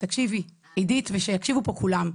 תקשיבי עידית ושיקשיבו כולם.